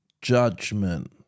Judgment